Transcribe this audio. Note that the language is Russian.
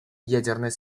ядерной